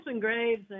Graves